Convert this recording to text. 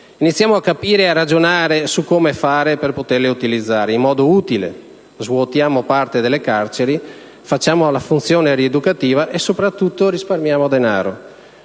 Iniziamo a capire e a ragionare su come fare per poterle utilizzare in modo utile. Svuotiamo parte delle carceri, rispettiamo la funzione rieducativa e, sopratutto, risparmiamo denaro.